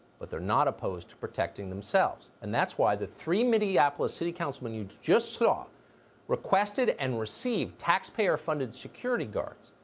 but they are not opposed to protecting themselves, and that's why the three minneapolis city councilman you just saw requested and received taxpayer-funded security guards.